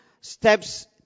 steps